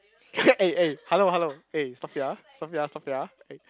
eh eh hello hello eh Sophia Sophia Sophia eh